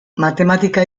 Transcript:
matematika